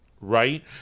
right